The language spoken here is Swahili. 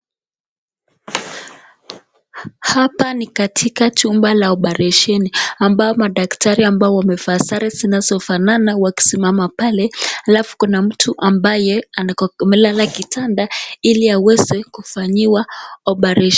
Hapa ni katika chumba cha oparesheni, ambao madktari ambao wamevaa sare zinafanana wakisimama pale, alafu kuna mtu amelala kwa kitanda ili aweze kufanyiwa oparesheni.